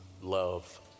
love